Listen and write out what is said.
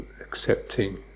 accepting